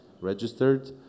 registered